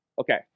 Okay